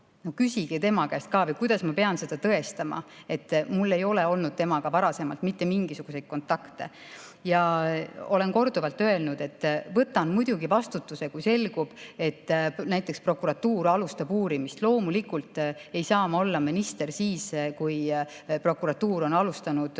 Küsige tema käest ka. Või kuidas ma pean tõestama, et mul ei ole olnud temaga varasemalt mitte mingisuguseid kontakte? Olen korduvalt öelnud, et võtan muidugi vastutuse, kui selgub, et prokuratuur alustab uurimist. Loomulikult ei saa ma olla minister, kui prokuratuur on alustanud